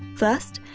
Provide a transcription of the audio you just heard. first,